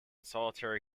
solitary